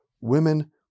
women